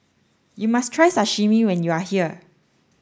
you must try Sashimi when you are here